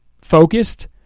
focused